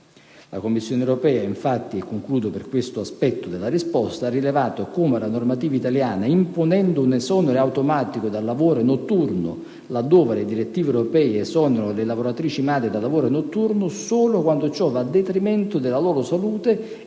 La Commissione europea, infatti (e concludo per questo aspetto della risposta), ha rilevato che la normativa italiana impone un esonero automatico dal lavoro notturno, laddove le direttive europee esonerano le lavoratrici madri dal lavoro notturno solo quando ciò va a detrimento della loro salute e dietro